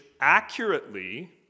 accurately